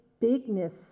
bigness